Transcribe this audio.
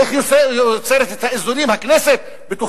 איך הכנסת יוצרת את האיזונים בתוכה,